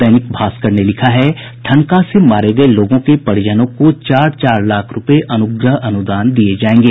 दैनिक भास्कर ने लिखा है ठनका से मारे गये लोगों के परिजनों को चार चार लाख रूपये अनुग्रह अनुदान दिये जायेंगे